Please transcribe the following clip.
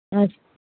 ம்